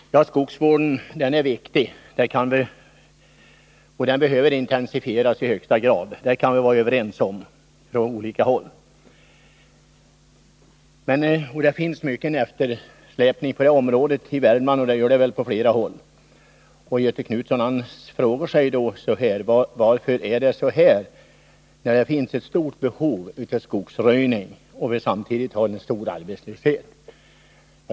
Herr talman! Skogsvården är viktig, och den behöver intensifieras i högsta grad —det kan vi vara överens om från olika håll. Det är mycken eftersläpning på detta område i Värmland, och även på andra håll. Göthe Knutson frågade sig varför det är så här, när det finns ett stort behov av skogsröjning och vi samtidigt har hög arbetslöshet.